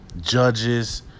judges